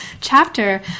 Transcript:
chapter